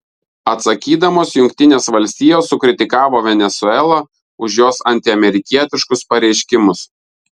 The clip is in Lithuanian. atsakydamos jungtinės valstijos sukritikavo venesuelą už jos antiamerikietiškus pareiškimus